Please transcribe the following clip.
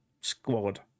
squad